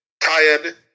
tired